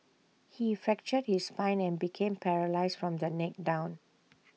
he fractured his spine and became paralysed from the neck down